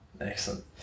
Excellent